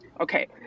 okay